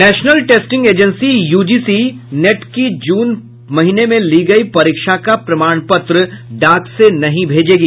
national Testing Agency UGC NET की जून महीने में ली गयी परीक्षा का प्रमाण पत्र डाक से नहीं भेजेगा